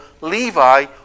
Levi